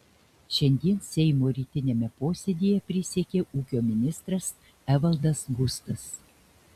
šiandien seimo rytiniame posėdyje prisiekė ūkio ministras evaldas gustas